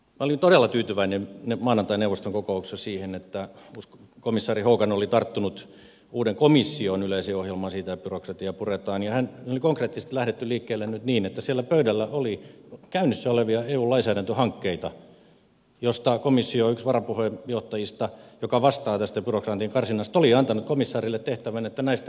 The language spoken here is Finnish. olin todella tyytyväinen maanantain neuvoston kokouksessa siihen että komissaari hogan oli tarttunut uuden komission yleiseen ohjelmaan siitä että byrokratiaa puretaan ja oli konkreettisesti lähdetty liikkeelle nyt niin että siellä pöydällä oli käynnissä olevia eu lainsäädäntöhankkeita joihin liittyen yksi komission varapuheenjohtajista joka vastaa tästä byrokratian karsinnasta oli antanut komissaarille tehtävän että näistä osa pois